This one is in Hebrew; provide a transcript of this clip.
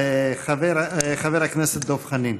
חבר הכנסת דב חנין.